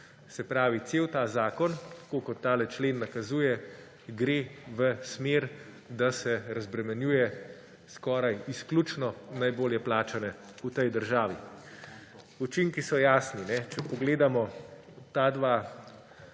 Se pravi, cel ta zakon, tako kot tale člen nakazuje, gre v smer, da se razbremenjuje skoraj izključno najbolje plačane v tej državi. Učinki so jasni. Če pogledamo ti dve